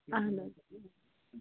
اَہَن حظ